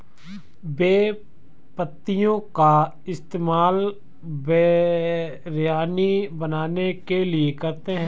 बे पत्तियों का इस्तेमाल बिरयानी बनाने के लिए करते हैं